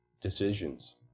decisions